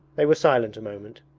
they were silent a moment.